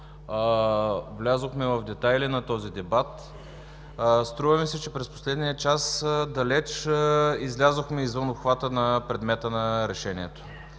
влязохме в детайли на този дебат. Струва ми се, че през последния час далеч излязохме извън обхвата на предмета на решението.